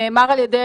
זה נאמר על ידי